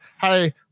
hey